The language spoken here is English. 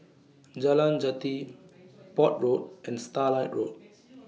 Jalan Jati Port Road and Starlight Road